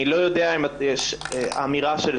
אני לא יודע אם האמירה של,